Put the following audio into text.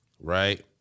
Right